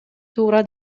туура